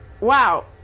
wow